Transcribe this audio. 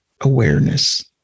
awareness